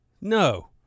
no